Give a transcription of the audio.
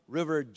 River